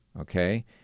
okay